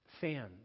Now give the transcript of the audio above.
fans